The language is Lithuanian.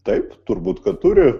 taip turbūt kad turi